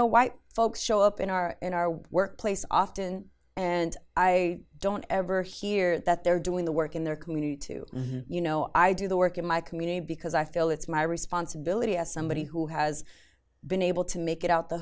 know white folks show up in our in our workplace often and i don't ever hear that they're doing the work in their community to you know i do the work in my community because i feel it's my responsibility as somebody who has been able to make it out the